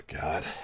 God